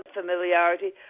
familiarity